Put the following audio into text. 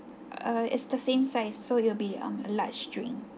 uh it's the same size so it will be um a large drink